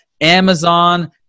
amazon